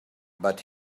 but